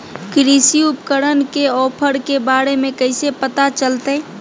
कृषि उपकरण के ऑफर के बारे में कैसे पता चलतय?